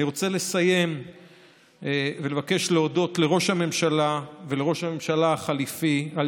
אני רוצה לסיים ולבקש להודות לראש הממשלה ולראש הממשלה החליפי על